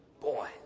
boy